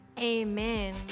amen